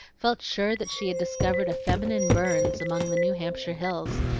felt sure that she had discovered a feminine burns among the new hampshire hills,